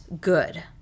good